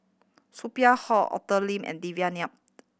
Sophia Hull Arthur Lim and Devan Nair